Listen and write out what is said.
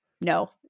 No